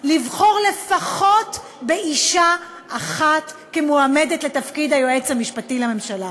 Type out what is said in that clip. לבחור באישה אחת כמועמדת לתפקיד היועץ המשפטי לממשלה.